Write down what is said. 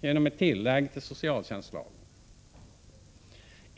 genom ett tillägg till socialtjänstlagen.